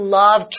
love